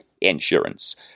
insurance